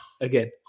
again